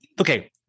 okay